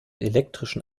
elektrischen